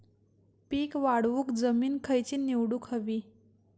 पीक वाढवूक जमीन खैची निवडुक हवी?